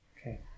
Okay